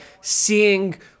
seeing